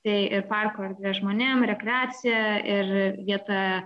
tai ir parko erdvė žmonėm rekreacija ir vieta